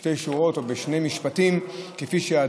בשתי שורות או בשני משפטים: כפי שידוע,